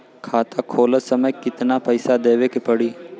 खाता खोलत समय कितना पैसा देवे के पड़ी?